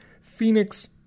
Phoenix